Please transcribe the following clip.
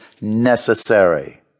necessary